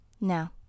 Now